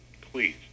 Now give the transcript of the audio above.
please